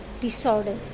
Disorder